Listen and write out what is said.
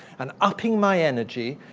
and upping my energy,